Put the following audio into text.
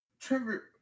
Trevor